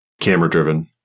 camera-driven